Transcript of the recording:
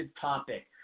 topic